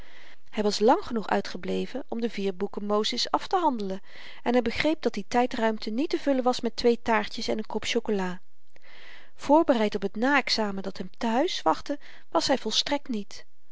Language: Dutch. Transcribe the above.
hy was lang genoeg uitgebleven om de vier boeken mosis aftehandelen en begreep dat die tydruimte niet te vullen was met twee taartjes en n kop chocola voorbereid op t na examen dat hem tehuis wachtte was hy volstrekt niet